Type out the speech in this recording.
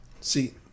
See